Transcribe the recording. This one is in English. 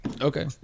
Okay